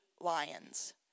lions